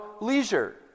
leisure